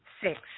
Six